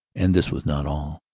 and this was not all.